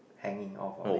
hanging off of it